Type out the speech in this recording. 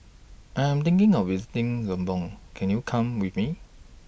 I Am thinking of visiting Lebanon Can YOU Go with Me